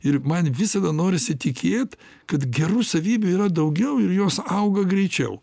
ir man visada norisi tikėt kad gerų savybių yra daugiau ir jos auga greičiau